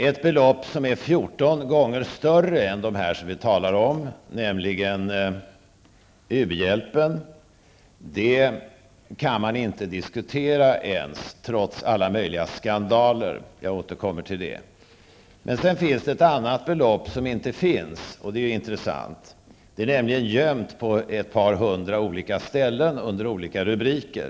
Ett belopp som är 14 gånger större än de belopp som jag har talat om är kostnaden för u-hjälpen, och den kan man inte ens diskutera, trots alla möjliga skandaler -- det skall jag senare återkomma till. Det finns också ett annat belopp som inte existerar, och det är ju intressant. Beloppet är gömt på ett par hundra olika ställen under olika rubriker.